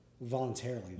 Voluntarily